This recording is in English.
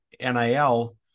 NIL